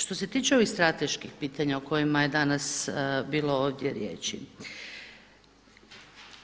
Što se tiče ovih strateških pitanja o kojima je danas bilo ovdje riječi